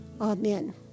amen